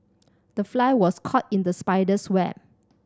the fly was caught in the spider's web